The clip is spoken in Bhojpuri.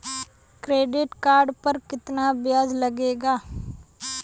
क्रेडिट कार्ड पर कितना ब्याज लगेला?